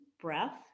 breath